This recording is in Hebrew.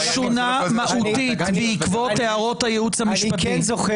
זה שונה מהותית בעקבות הערות הייעוץ המשפטי,